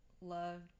loved